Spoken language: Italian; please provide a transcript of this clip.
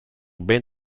ben